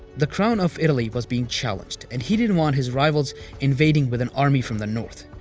the crown of italy was being challenged and he didn't want his rivals invading with an army from the north.